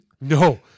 No